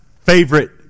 favorite